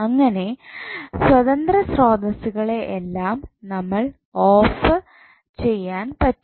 അങ്ങനെ സ്വതന്ത്ര സ്രോതസ്സുകളെ എല്ലാം നമുക്ക് ഓഫ് ചെയ്യാൻ പറ്റും